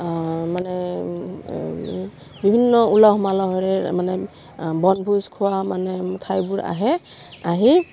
মানে বিভিন্ন উলহ মালহেৰে মানে বনভোজ খোৱা মানে ঠাইবোৰ আহে আহি